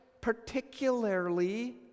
particularly